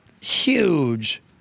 huge